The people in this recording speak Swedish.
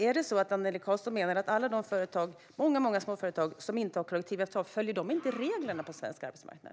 Är det så att Annelie Karlsson menar att alla de företag, många småföretag, som inte har kollektivavtal inte följer reglerna på svensk arbetsmarknad?